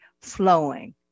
flowing